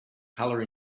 color